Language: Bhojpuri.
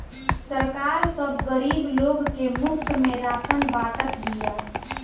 सरकार सब गरीब लोग के मुफ्त में राशन बांटत बिया